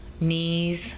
knees